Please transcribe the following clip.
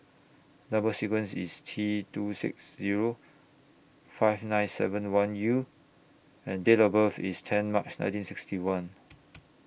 Number sequence IS T two six Zero five nine seven one U and Date of birth IS ten March nineteen sixty one